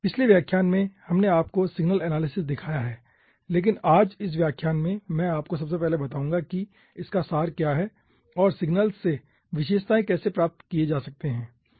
पिछले व्याख्यान में हमने आपको सिग्नल एनालिसिस दिखाया है लेकिन आज इस व्याख्यान में मैं आपको सबसे पहले बताऊंगा कि इसका सार क्या है और सिग्नल्स से विशेषताएं कैसे प्राप्त किये जा सकते हैं